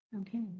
Okay